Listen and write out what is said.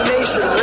Nation